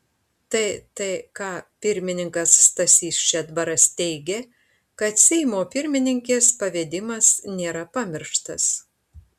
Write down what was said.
ttk pirmininkas stasys šedbaras teigė kad seimo pirmininkės pavedimas nėra pamirštas